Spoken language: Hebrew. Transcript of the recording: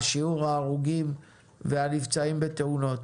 הכוונה לשיעור ההרוגים והנפצעים בתאונות.